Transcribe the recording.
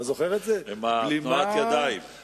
אתה זוכר את זה, בלימה ותנופה?